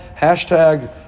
Hashtag